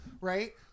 Right